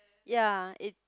ya it